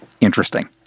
interesting